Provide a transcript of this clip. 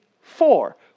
four